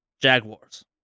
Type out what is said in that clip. Jaguars